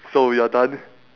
so we are done